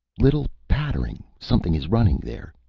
little pattering. something is running there.